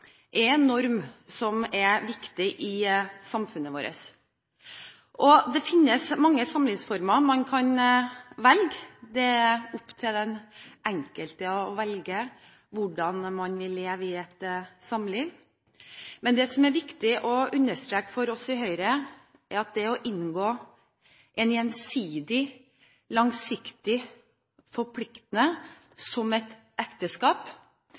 er en norm som er viktig i samfunnet vårt. Det finnes mange samlivsformer man kan velge, det er opp til den enkelte å velge hvordan man vil leve i et samliv. Men det som er viktig å understreke for oss i Høyre, er at det å inngå et gjensidig, langsiktig, forpliktende samliv som et ekteskap,